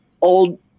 old